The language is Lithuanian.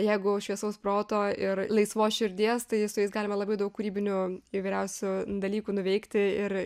jeigu šviesaus proto ir laisvos širdies tai su jais galima labai daug kūrybinių įvairiausių dalykų nuveikti ir